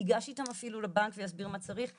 ייגש איתם אפילו לבנק ויסביר מה צריך.